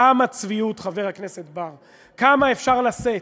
כמה צביעות, חבר הכנסת בר, כמה אפשר לשאת?